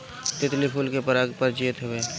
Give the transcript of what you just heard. तितली फूल के पराग पर जियत हवे